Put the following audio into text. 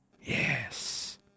Yes